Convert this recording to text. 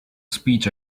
speech